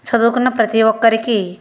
చదువుకున్న ప్రతీ ఒక్కరికి